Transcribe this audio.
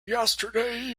yesterday